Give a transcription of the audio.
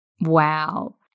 Wow